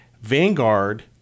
Vanguard